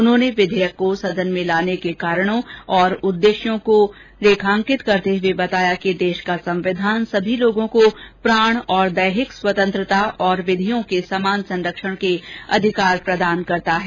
उन्होंने विधेयक को सदन में लाने के कारणों और उद्देश्यों को रेखांकित करते हए बताया कि देश ँका संविधान सभी लोगों को प्राण और दैहिक स्वतंत्रता और विधियों के समान संरक्षण के अधिकार प्रदान करता है